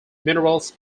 minerals